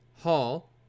Hall